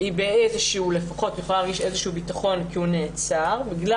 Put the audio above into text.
היא יכולה להרגיש איזה ביטחון כי הוא נעצר בגלל